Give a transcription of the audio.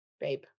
babe